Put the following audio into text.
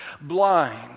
blind